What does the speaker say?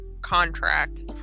contract